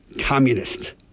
communist